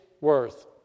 worth